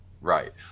Right